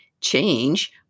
change